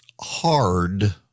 hard